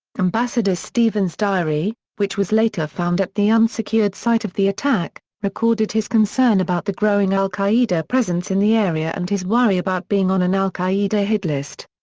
ambassador stevens' diary, which was later found at the unsecured site of the attack, recorded his concern about the growing al-qaeda presence in the area and his worry about being on an al-qaeda hit list.